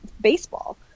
baseball